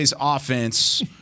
offense